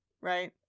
right